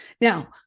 now